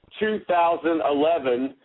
2011